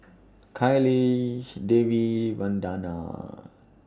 Kailash Devi Vandana